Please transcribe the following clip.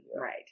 right